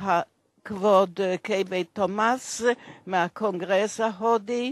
כבוד הפרופסור ק"ו תומס מהקונגרס ההודי,